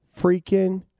freaking